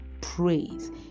praise